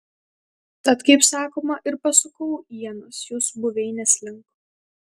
tad kaip sakoma ir pasukau ienas jūsų buveinės link